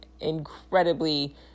incredibly